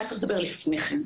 היה צריך לדבר לפני כן.